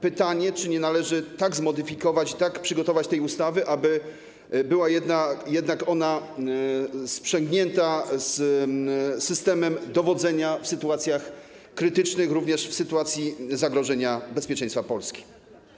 Pytanie, czy nie należy tak zmodyfikować i tak przygotować tej ustawy, aby była jednak ona sprzęgnięta z systemem dowodzenia w sytuacjach krytycznych, również w sytuacji zagrożenia bezpieczeństwa Polski.